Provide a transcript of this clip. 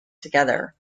together